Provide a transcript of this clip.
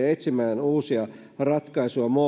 etsimään uusia ratkaisuja